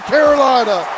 Carolina